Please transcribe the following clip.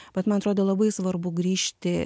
bet man atrodo labai svarbu grįžti